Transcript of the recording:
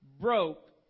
broke